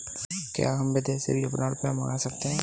क्या हम विदेश से भी अपना रुपया मंगा सकते हैं?